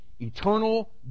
eternal